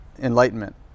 enlightenment